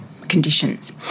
conditions